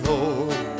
Lord